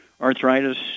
arthritis